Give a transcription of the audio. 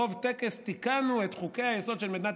ברוב טקס תיקנו את חוקי-היסוד של מדינת